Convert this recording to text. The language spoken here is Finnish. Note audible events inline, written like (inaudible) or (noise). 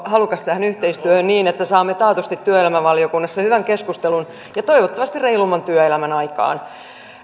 (unintelligible) halukas tähän yhteistyöhön niin että saamme taatusti työelämävaliokunnassa hyvän keskustelun ja toivottavasti reilumman työelämän aikaan